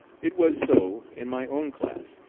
it was so in my own class,